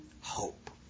hope